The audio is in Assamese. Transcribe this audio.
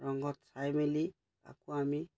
ৰংঘৰত চাই মেলি আকৌ আমি